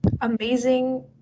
amazing